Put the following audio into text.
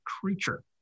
creature